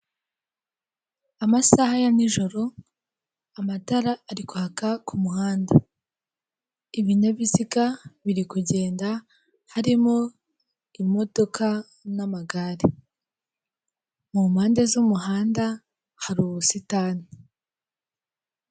Amasaha ya nijoro, amatara arika ku muhanda. Ibinyabiziga biri kugenda harimo imodoka, n'amagare mu mpande z'umuhanda hari ubusitani.